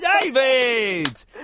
David